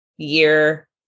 Year